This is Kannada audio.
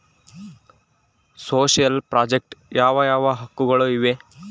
ಸೋಶಿಯಲ್ ಪ್ರಾಜೆಕ್ಟ್ ಯಾವ ಯಾವ ಹಕ್ಕುಗಳು ಇವೆ?